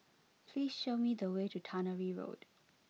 please show me the way to Tannery Road